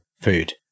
food